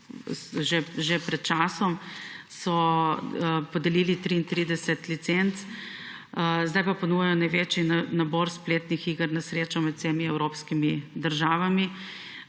že pred časom podelili 33 licenc, zdaj pa ponujajo največji nabor spletnih iger na srečo med vsemi evropskimi državami,